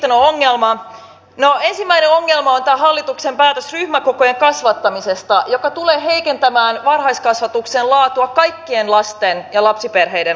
no ensimmäinen ongelma on tämä hallituksen päätös ryhmäkokojen kasvattamisesta joka tulee heikentämään varhaiskasvatuksen laatua kaikkien lasten ja lapsiperheiden osalta